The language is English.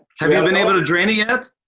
have you been able to drain it yet?